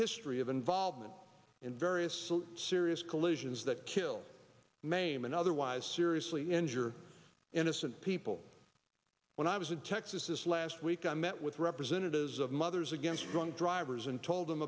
history of involvement in various serious collisions that kill maim and otherwise seriously injure innocent people when i was in texas last week i met with representatives of mothers against drunk drivers and told them